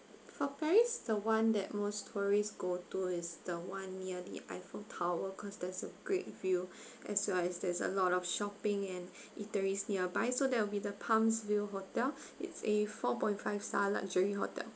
for paris the one that most tourists go tour is the one near the eiffel tower cause there's a great view as well as there's a lot of shopping and eateries nearby so that will be the palms view hotel it's a four point five star luxury hotel